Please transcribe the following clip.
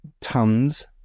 tons